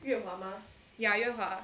ya yue hua